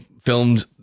filmed